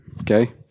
Okay